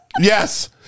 Yes